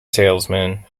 salesman